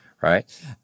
right